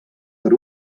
per